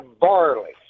barley